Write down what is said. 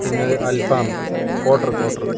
പിന്നൊരു അൽഫാം quarter quarter